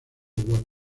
web